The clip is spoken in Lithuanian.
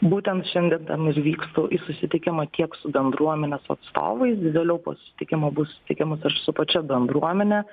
būtent šiandien ten ir vykstu į susitikimą tiek su bendruomenės atstovais gi vėliau po susitikimo bus susitikimas ir su pačia bendruomene